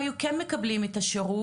היו כן מקבלים את השירות,